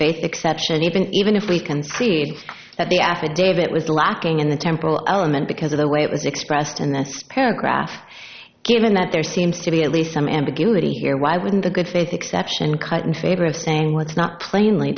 faith exception even even if we concede that the affidavit was lacking in the temporal element because of the way it was expressed in this paragraph given that there seems to be at least some ambiguity here why wouldn't the good faith exception cut in favor of saying what's not plainly